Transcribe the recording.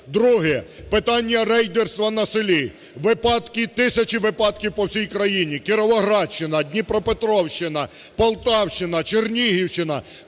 Друге: питання рейдерства на селі. Випадки, тисячі випадків по всій країні: Кіровоградщина, Дніпропетровщина, Полтавщина, Чернігівщина,